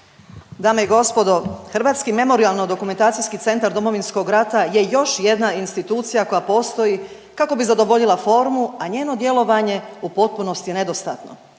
Dame i gospodo, Hrvatski memorijalno-dokumentacijski centar Domovinskog rata je još jedna institucija koja postoji kako bi zadovoljila formu, a njeno djelovanje u potpunosti je nedostatno.